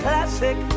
Classic